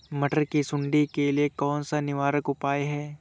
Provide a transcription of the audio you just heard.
मटर की सुंडी के लिए कौन सा निवारक उपाय है?